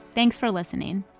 thanks for listening